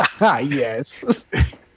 Yes